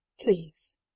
please